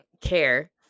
care